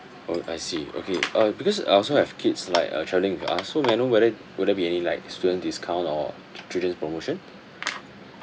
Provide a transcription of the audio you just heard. oh I see okay uh because I also have kids like uh travelling with us so may I know whether would there be any like student discount or children's promotion